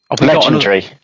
Legendary